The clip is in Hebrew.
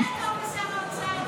לילה טוב לשר האוצר.